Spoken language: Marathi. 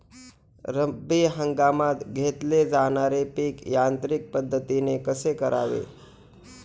रब्बी हंगामात घेतले जाणारे पीक यांत्रिक पद्धतीने कसे करावे?